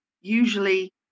usually